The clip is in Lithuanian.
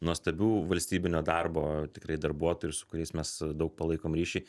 nuostabių valstybinio darbo tikrai darbuotojų ir su kuriais mes daug palaikom ryšį